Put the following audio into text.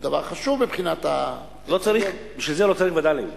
הוא דבר חשוב מבחינת, בשביל זה לא צריך וד"לים.